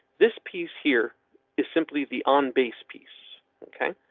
this piece here is simply the on base piece. ok,